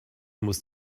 muss